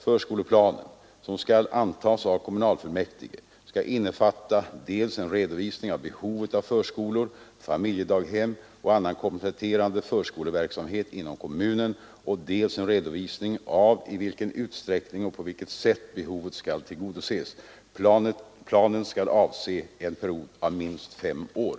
Förskoleplanen, som skall antas av kommunfullmäktige, skall innefatta dels en redovisning av behovet av förskolor, familjedaghem och annan kompletterande förskoleverksamhet inom kommunen, dels en redovisning av i vilken utsträckning och på vilket sätt behovet skall tillgodoses. Planen skall avse en period av minst fem år.